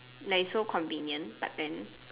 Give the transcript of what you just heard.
like it's so convenient but then